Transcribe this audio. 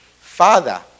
Father